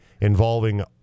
involving